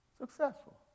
Successful